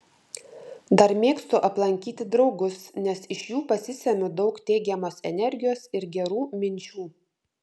dar mėgstu aplankyti draugus nes iš jų pasisemiu daug teigiamos energijos ir gerų minčių